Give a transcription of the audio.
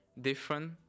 different